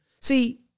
See